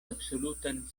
absolutan